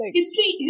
history